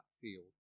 field